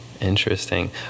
Interesting